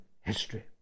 history